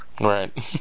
Right